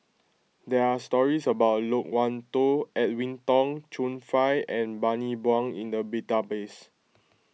there are stories about Loke Wan Tho Edwin Tong Chun Fai and Bani Buang in the database